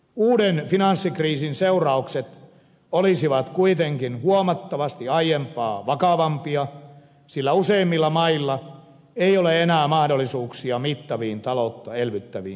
uuden finanssikriisin seuraukset olisivat kuitenkin huomattavasti aiempaa vakavampia sillä useimmilla mailla ei ole enää mahdollisuuksia mittaviin taloutta elvyttäviin toimiin